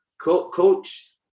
coach